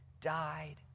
died